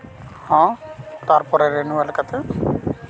ᱦᱚᱸ ᱛᱟᱨᱯᱚᱨᱮ ᱨᱮᱱᱩᱣᱮᱞ ᱠᱟᱛᱮ